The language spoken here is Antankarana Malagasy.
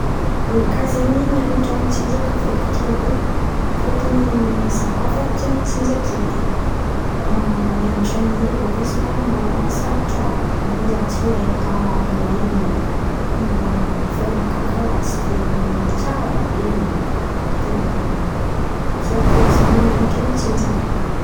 Ny nakà zen̈y mianatra mitsinjaka foeky tiako ai. Fôtony za koa efa tia mitsinjaka edy. Mianatra mihira bôka somary mbôla sarotrarotro. Avô za tsy mahay tôn àby ren̈y feonakà, karà tsy de tsara be oe. De tiako zen̈y za mianatra mitsinjaka.